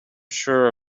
sure